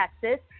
Texas